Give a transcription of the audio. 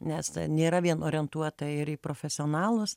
nes nėra vien orientuota ir į profesionalus